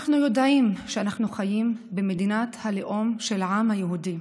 אנחנו יודעים שאנחנו חיים במדינת הלאום של העם היהודי,